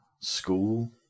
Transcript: school